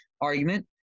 argument